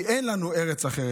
כי אין לנו ארץ אחרת.